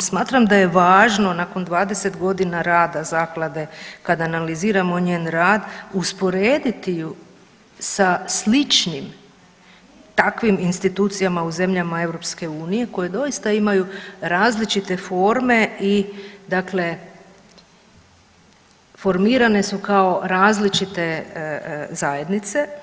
smatram da je važno nakon 20 godina rada zaklade kad analiziramo njen rad usporediti ju sa sličnim takvim institucijama u zemljama EU koji doista imaju različite forme i dakle formirane su kao različite zajednice.